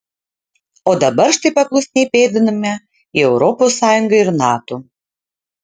o dabar štai paklusniai pėdiname į europos sąjungą ir nato